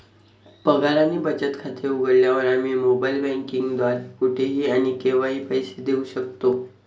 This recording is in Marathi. पगार आणि बचत खाते उघडल्यावर, आम्ही मोबाइल बँकिंग द्वारे कुठेही आणि केव्हाही पैसे देऊ शकतो